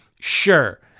sure